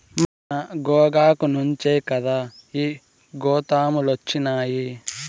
మన గోగాకు నుంచే కదా ఈ గోతాములొచ్చినాయి